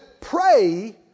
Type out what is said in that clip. pray